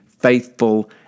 Faithful